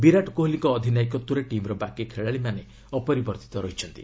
ବିରାଟ୍ କୋହଲୀଙ୍କ ଅଧିନାୟକତ୍ୱରେ ଟିମ୍ର ବାକି ଖେଳାଳିମାନେ ଅପରିବର୍ତ୍ତିତ ରହିଛନ୍ତି